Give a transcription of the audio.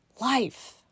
life